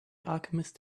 alchemist